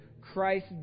Christ